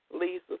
Lisa